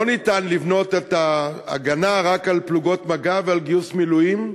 לא ניתן לבנות את ההגנה רק על פלוגות מג"ב ועל גיוס מילואים.